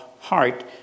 heart